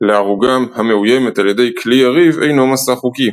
לערוגה המאוימת על ידי כלי יריב אינו מסע חוקי..